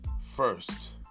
First